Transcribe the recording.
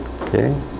Okay